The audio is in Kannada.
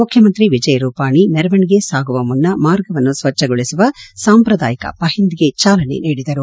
ಮುಖ್ಯಮಂತ್ರಿ ವಿಜಯ್ ರೂಪಾಣಿ ಮೆರವಣಿಗೆ ಸಾಗುವ ಮುನ್ನ ಮಾರ್ಗವನ್ನು ಸ್ಲಚ್ಗಗೊಳಿಸುವ ಸಾಂಪ್ರದಾಯಿಕ ಪಹಿಂದ್ಗೆ ಚಾಲನೆ ನೀಡಿದರು